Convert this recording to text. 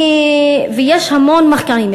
ויש המון מחקרים.